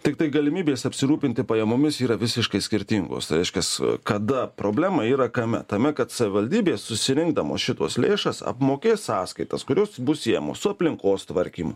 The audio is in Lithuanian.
tiktai galimybės apsirūpinti pajamomis yra visiškai skirtingos tai reiškias kada problema yra kame tame kad savivaldybės susirinkdamos šituos lėšas apmokės sąskaitas kurios bus siejamos su aplinkos tvarkymu